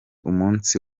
umunsi